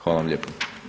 Hvala vam lijepo.